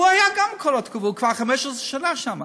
הוא כבר 15 שנה שם.